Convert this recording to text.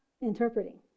interpreting